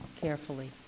carefully